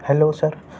hello sir